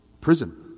prison